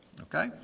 Okay